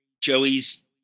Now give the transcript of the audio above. Joey's